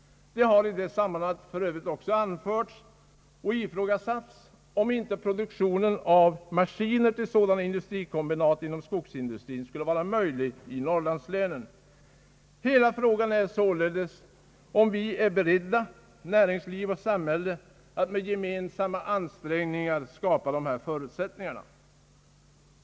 Det har för övrigt i det sammanhanget ifrågasatts om inte produktion av maskiner till sådana industrikombinat inom skogsindustrin skulle vara möjlig i norrlandslänen. Hela frågan gäller således om vi — näringsliv och samhälle — är beredda att med gemensamma ansträngningar skapa dessa förutsättningar.